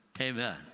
amen